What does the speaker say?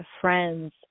friends